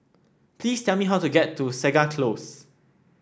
please tell me how to get to Segar Close